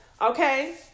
Okay